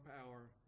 power